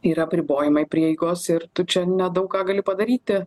yra apribojimai prieigos ir tu čia nedaug ką gali padaryti